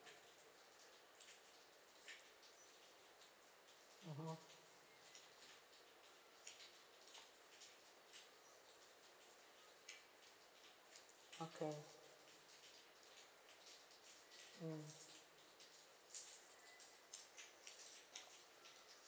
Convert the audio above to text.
mmhmm okay mm